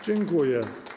Dziękuję.